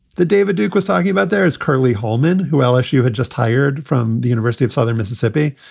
the david duke was talking about there is curly holeman who lsu had just hired from the university of southern mississippi.